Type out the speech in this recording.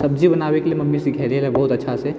सब्जी बनाबैके लिए मम्मी सिखेलए रहै बहुत अच्छासँ